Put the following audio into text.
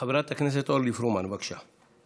חברת הכנסת אורלי פרומן, בבקשה.